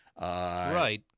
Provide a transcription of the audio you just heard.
Right